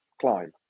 climb